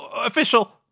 official